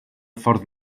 ffordd